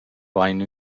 vain